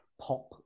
pop